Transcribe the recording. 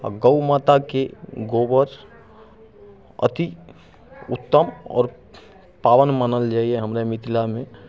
आओर गौ माताके गोबर अति उत्तम आओर पावन मानल जाइए हमरा मिथिलामे